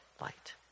light